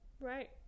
right